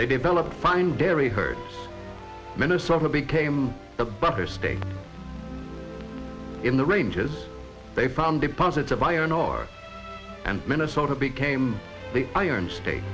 they developed fine dairy herd minnesota became a buffer state in the ranges they found deposits of iron ore and minnesota became the iron state